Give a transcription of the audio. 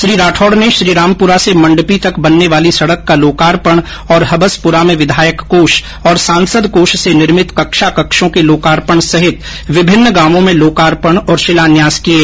श्री राठौड ने श्रीरामपुरा से मंडपी तक बनने वाली सड़क का लोकार्पण और हबसपुरा में विधायक कोष और सांसद कोष से निर्मित कक्षा कक्षों के लोकार्पण सहित विभिन्न गांवों में लोकार्पण और शिलान्यास किये